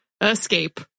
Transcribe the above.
escape